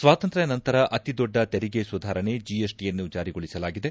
ಸ್ನಾತಂತ್ರ್ನ ನಂತರ ಅತಿದೊಡ್ಡ ತೆರಿಗೆ ಸುಧಾರಣೆ ಜೆಎಸ್ಟಯನ್ನು ಚಾರಿಗೊಳಿಸಲಾಗಿದೆ